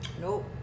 Nope